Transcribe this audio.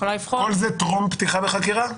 יכולה לבחון --- כל זה טרום פתיחה בחקירה?